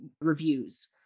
reviews